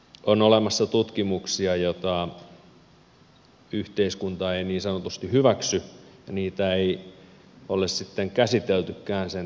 on olemassa tutkimuksia joita yhteiskunta ei niin sanotusti hyväksy niitä ei ole sitten käsiteltykään sen tarkemmin